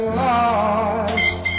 lost